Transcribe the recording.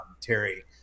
Terry